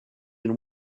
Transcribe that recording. been